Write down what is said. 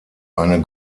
eine